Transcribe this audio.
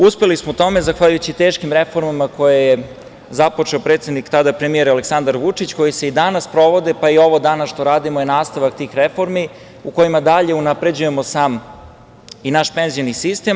Uspeli smo u tome zahvaljujući teškim reformama koje je započeo predsednik, tada premijer Aleksandar Vučić, koje se i danas sprovode, pa i ovo danas što radimo je nastavak tih reformi, u kojima dalje unapređujemo sam i naš penzioni sistem.